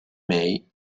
may